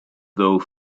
though